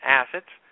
assets